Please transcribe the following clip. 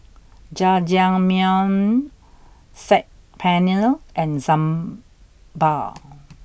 Jajangmyeon Saag Paneer and Sambar